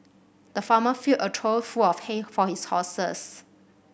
the farmer filled a trough full of hay for his horses